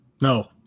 no